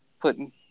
putting